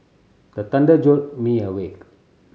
the thunder jolt me awake